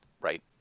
right